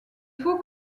faut